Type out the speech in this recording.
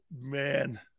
man